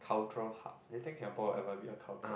cultural hub do you think Singapore will ever be a cultural hub